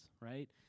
right